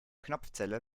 knopfzelle